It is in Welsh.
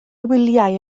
wyliau